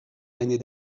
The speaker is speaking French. l’année